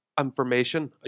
information